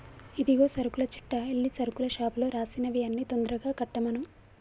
ఇదిగో సరుకుల చిట్టా ఎల్లి సరుకుల షాపులో రాసినవి అన్ని తొందరగా కట్టమను